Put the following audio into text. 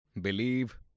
believe